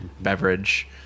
beverage